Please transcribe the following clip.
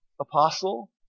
apostle